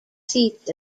seats